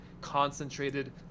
concentrated